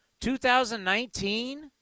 2019